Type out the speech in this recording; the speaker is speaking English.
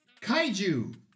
Kaiju